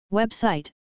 website